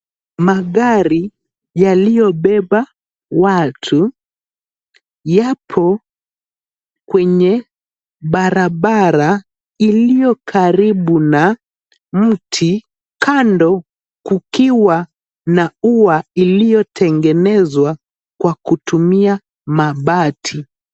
Magari yaliyobeba watu yapo kwenye barabara iliyo karibu na mti, kando kukiwa na ua iliyotengenezwa kwa kutumia mabati.